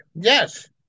yes